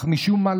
אך משום מה,